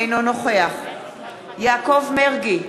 אינו נוכח יעקב מרגי,